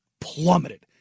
plummeted